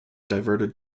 diverted